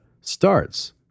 starts